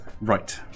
Right